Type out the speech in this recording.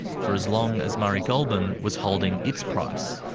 for as long as murray goulburn was holding its price.